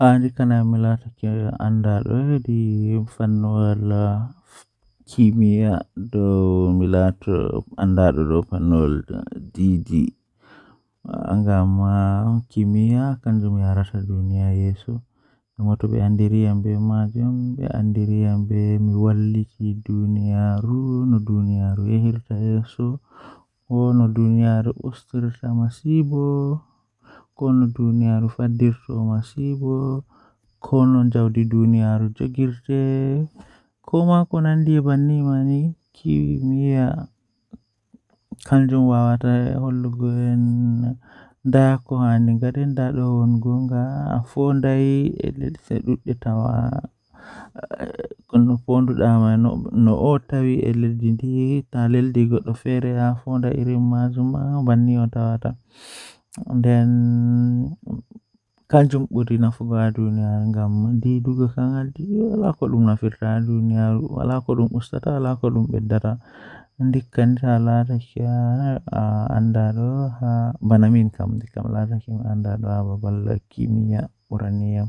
Ceede ɗon sooda seyo masin Ko wonaa ɗum feewi, tawa to no ɓuri fayde e miijeele ndiyam tawa e gollal wootere, kono ɓeɗɗo tigi fuɗɗi ko waɗi faaɗi ɓe neɗɗo. Ɗum waɗi e ndiyam ngal, ko e jeyaaɗe beɓɓe e fowru, kono ko ngoodi fowruɗi. Ɓe ɓuri semtaade hay si tawii njahaange, ɗum waɗi maaɓɓe e ɓe heddii heeɓere jokkude.